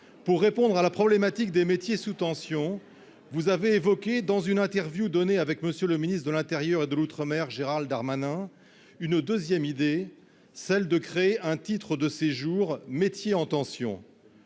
pour répondre à la problématique des métiers sous tension, vous avez évoqué dans une interview donnée avec Monsieur le Ministre de l'Intérieur, de l'Outre-mer Gérard le Darmanin une 2ème idée, celle de créer un titre de séjour métiers en tension,